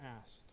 asked